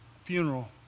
funeral